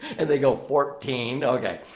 and they go, fourteen. okay.